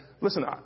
Listen